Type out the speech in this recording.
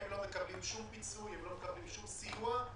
הם לא מקבלים שום פיצוי, הם לא מקבלים שום סיוע.